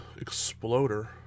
Exploder